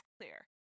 clear